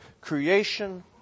creation